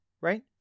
right